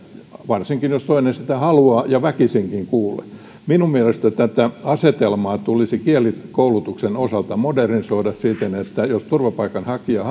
varsinkin jos toinen sitä haluaa ja väkisinkin sitä kuulee minun mielestäni tätä asetelmaa tulisi kielikoulutuksen osalta modernisoida siten että jos turvapaikanhakija